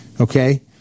okay